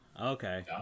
okay